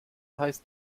heißt